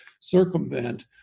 circumvent